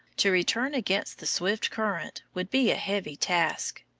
to return against the swift current would be a heavy task.